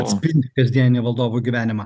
atspindi kasdienį valdovų gyvenimą